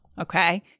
Okay